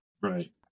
Right